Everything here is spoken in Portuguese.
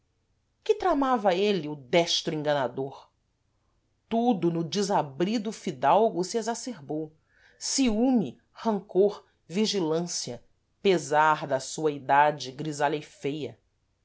que tramava êle o destro enganador tudo no desabrido fidalgo se exacerbou ciume rancor vigilância pesar da sua idade grisalha e feia